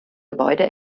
gebäude